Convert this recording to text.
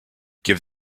give